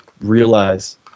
realize